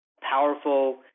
powerful